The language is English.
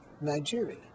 nigeria